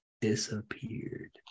disappeared